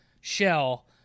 shell